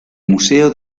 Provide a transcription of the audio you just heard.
museo